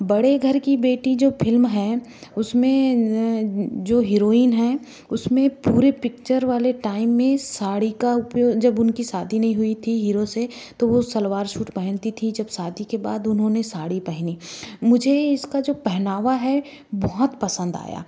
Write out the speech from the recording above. बड़े घर की बेटी जो फिल्म है उसमें जो हीरोइन हैं उसमें पूरे पिक्चर वाले टाइम में साड़ी का उपयोग जब उनकी शादी नहीं हुई थी हीरो से तो वो सलवार सूट पहनती थी जब शादी के बाद उन्होंने साड़ी पहनी मुझे इसका जो पहनावा है बहुत पसंद आया